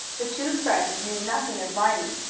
the two friends knew nothing of mining,